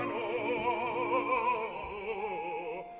oh,